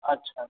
ଆଚ୍ଛା